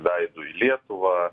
veidu į lietuvą